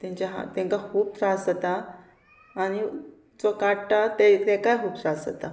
तेंच्या हात तांकां खूब त्रास जाता आनी जो काडटा ते ताकाय खूब त्रास जाता